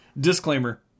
disclaimer